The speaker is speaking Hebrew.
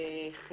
לסיוע,